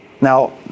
Now